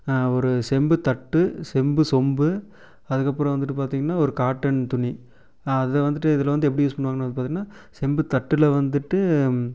ஒரு செம்பு தட்டு செம்பு சொம்பு அதுக்கப்புறம் வந்துட்டு பார்த்தீங்கன்னா ஒரு காட்டன் துணி அதை வந்துட்டு இதில் வந்து எப்படி யூஸ் பண்ணுவாங்கன்னா பார்த்தீங்கன்னா செம்பு தட்டில் வந்துட்டு